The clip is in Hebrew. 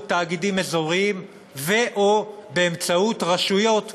תאגידים אזוריים או באמצעות רשויות שיוכלו,